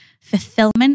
fulfillment